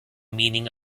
meaning